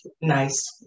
nice